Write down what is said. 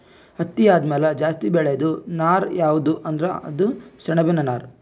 ಹತ್ತಿ ಆದಮ್ಯಾಲ ಜಾಸ್ತಿ ಬೆಳೇದು ನಾರ್ ಯಾವ್ದ್ ಅಂದ್ರ ಅದು ಸೆಣಬಿನ್ ನಾರ್